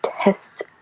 test